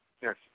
Yes